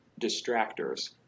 distractors